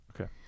Okay